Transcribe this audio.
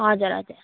हजुर हजुर